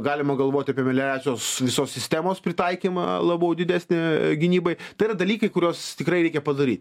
galima galvoti apie melioracijos visos sistemos pritaikymą labiau didesnę gynybai tai yra dalykai kuriuos tikrai reikia padaryt